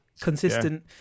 consistent